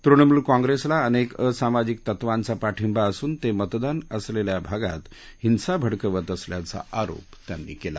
तृणमूल काँप्रेसला अनेक असामाजिक तत्वांचा पाठिंबा असून ते मतदान असलेल्या भागात हिंसा भडकावत असल्याचा आरोप त्यांनी केला